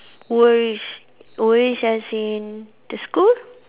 worries worries as in the school